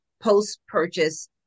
post-purchase